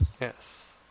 Yes